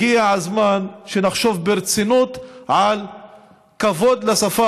הגיע הזמן שנחשוב ברצינות על כבוד לשפה